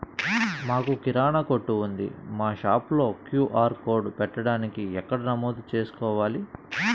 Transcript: మాకు కిరాణా కొట్టు ఉంది మా షాప్లో క్యూ.ఆర్ కోడ్ పెట్టడానికి ఎక్కడ నమోదు చేసుకోవాలీ?